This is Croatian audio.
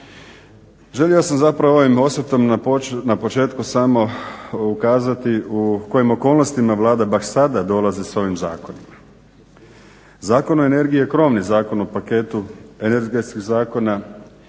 Želio sam zapravo ovom osvetom na početku samo ukazati u kojim okolnostima Vlada baš sada dolazi sa ovim zakonima. Zakon o energiji je krovni zakon u paketu energetskih zakona